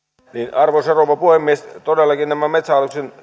arvoisa rouva puhemies todellakin näen tässä metsähallituksen